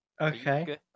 Okay